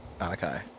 Anakai